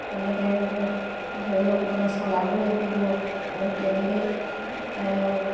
এনেকৈ ধৰি লওক মানে চলাব লাগিব আৰু কেনেকৈ